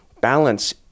balance